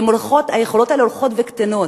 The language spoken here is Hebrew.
כשהיכולות האלה הולכות וקטנות.